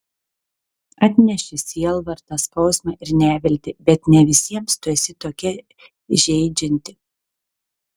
atneši sielvartą skausmą ir neviltį bet ne visiems tu esi tokia žeidžianti